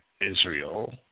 Israel